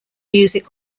music